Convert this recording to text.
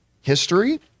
history